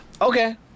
okay